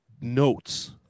notes